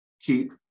keep